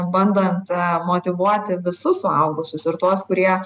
bandant motyvuoti visus suaugusius ir tuos kurie